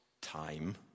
time